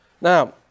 Now